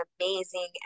amazing